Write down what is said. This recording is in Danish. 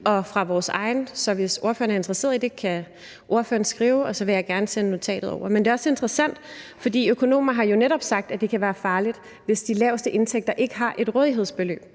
og fra vores egen, så hvis ordføreren er interesseret i det, kan ordføreren skrive, og så vil jeg gerne sende notatet over. Men det er også interessant, for økonomer har jo netop sagt, at det kan være farligt, hvis de laveste indtægter ikke har et rådighedsbeløb.